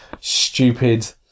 stupid